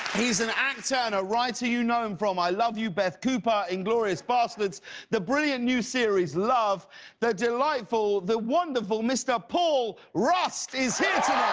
he's an actor and writer you know um from i love you beth cooper, inglorious basterds the brilliant new series love the delightful, the wonderful mr. paul rust is here